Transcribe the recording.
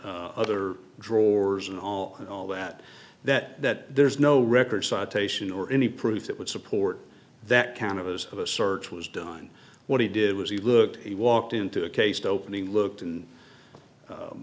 other drawers and all and all that that that there's no record citation or any proof that would support that count as of a search was done what he did was he looked he walked into a cased opening looked